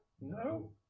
No